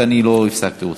ולא הפסקתי אותך.